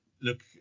look